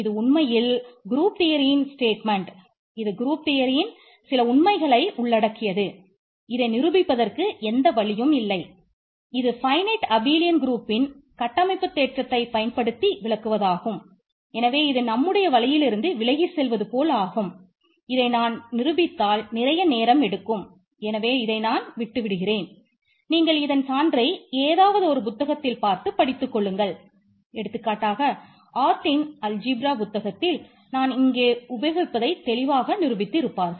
இது உண்மையில் குரூப் புத்தகத்தில் நான் இங்கே உபயோகிப்பதை தெளிவாக நிரூபித்து இருப்பார்கள்